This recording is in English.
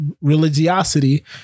religiosity